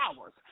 hours